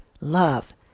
love